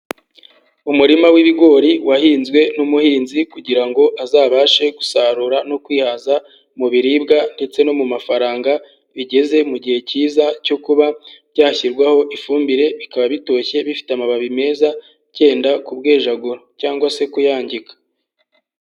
Umurima w'ibigori wahinzwe n'umuhinzi kugira ngo azabashe gusarura no kwihaza mu biribwa ndetse no mu mafaranga, bigeze mu gihe cyiza cyo kuba byashyirwaho ifumbire bikaba bitoshye, bifite amababi meza byenda kubwejagura cyangwa se kuyangika.